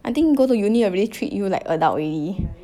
I think go to uni already treat you like adult already